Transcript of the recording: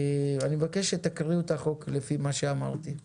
אני מבקש שתקראו את החוק לפי מה שאמרתי.